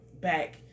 back